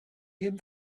him